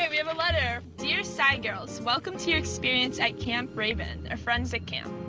and we have a letter. dear scigirls, welcome to your experience at camp raven, a forensic camp.